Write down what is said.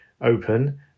open